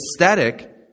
aesthetic